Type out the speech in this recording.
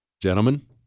Gentlemen